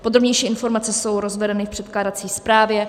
Podrobnější informace jsou rozvedeny v předkládací zprávě.